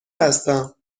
هستم